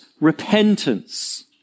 repentance